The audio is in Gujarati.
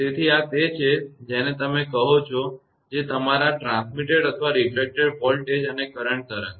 તેથી આ તે છે જેને તમે કહો છો કે જે તમારા ટ્રાન્સમીટેડ અથવા રીફ્રેકટેડ વોલ્ટેજ અને કરંટ તરંગ છે